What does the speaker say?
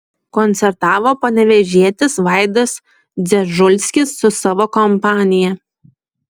koncertavo panevėžietis vaidas dzežulskis su savo kompanija